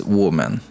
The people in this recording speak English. woman